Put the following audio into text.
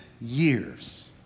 years